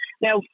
Now